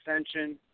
extension